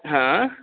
हाँ